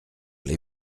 les